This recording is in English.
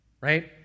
right